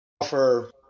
Offer